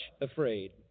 afraid